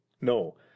No